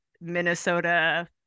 Minnesota